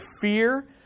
fear